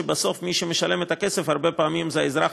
שבה בסוף מי שמשלם את הכסף הרבה פעמים זה האזרח,